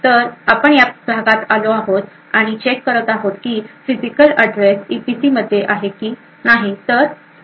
तर आपण या प्रभागात आलो आहोत आणि चेक करत आहो फिजिकल एड्रेस ईपीसी मध्ये आहे की नाही तर हो